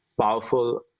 powerful